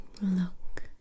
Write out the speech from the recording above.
look